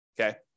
okay